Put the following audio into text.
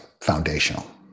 foundational